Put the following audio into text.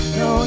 no